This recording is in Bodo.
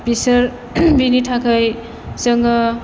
बिसोर बिनि थाखाय जोङो